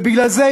ובגלל זה,